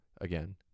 again